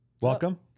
Welcome